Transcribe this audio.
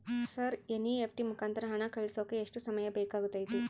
Sir NEFT ಮುಖಾಂತರ ಹಣ ಕಳಿಸೋಕೆ ಎಷ್ಟು ಸಮಯ ಬೇಕಾಗುತೈತಿ?